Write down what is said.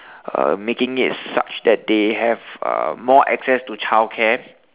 uh making it such that they have uh more access to childcare